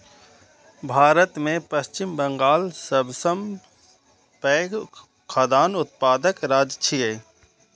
भारत मे पश्चिम बंगाल सबसं पैघ खाद्यान्न उत्पादक राज्य छियै